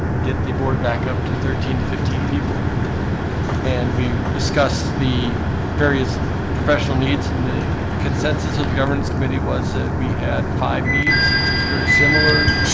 get the board back up to thirteen to fifteen people and we discussed the various professional needs and the consensus of the governance committee was that we had five needs which is very similar